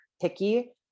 picky